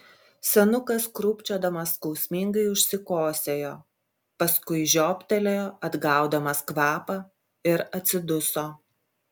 senukas krūpčiodamas skausmingai užsikosėjo paskui žioptelėjo atgaudamas kvapą ir atsiduso